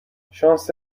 شانس